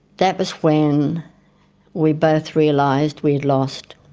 that was when we both realised we'd lost.